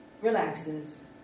relaxes